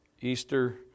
Easter